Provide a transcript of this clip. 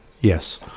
Yes